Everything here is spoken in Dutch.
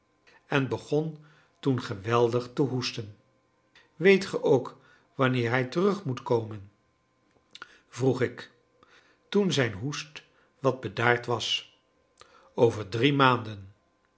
en begon toen geweldig te hoesten weet ge ook wanneer hij terug moet komen vroeg ik toen zijn hoest wat bedaard was over drie maanden